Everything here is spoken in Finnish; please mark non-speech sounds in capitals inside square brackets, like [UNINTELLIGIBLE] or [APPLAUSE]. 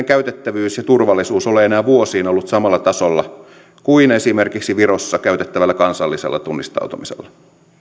[UNINTELLIGIBLE] käytettävyys ja turvallisuus ole enää vuosiin ollut samalla tasolla kuin esimerkiksi virossa käytettävällä kansallisella tunnistautumisella